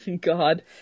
God